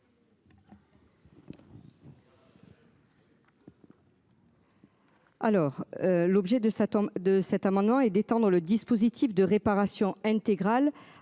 de sa tombe de cet amendement et d'étendre le dispositif de réparation intégrale